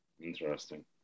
Interesting